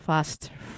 Faster